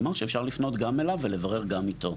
כלומר, שאפשר לפנות גם אליו ולברר גם איתו.